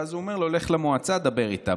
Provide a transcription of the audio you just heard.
ואז הוא אומר לו: לך למועצה, דבר איתם.